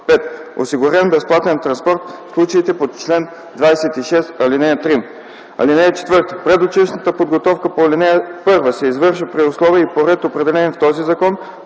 5. осигурен безплатен транспорт в случаите по чл. 26, ал. 3. (4) Предучилищната подготовка по ал. 1 се извършва при условия и по ред, определени в този закон,